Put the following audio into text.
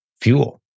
fuel